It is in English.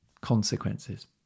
consequences